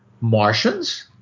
Martians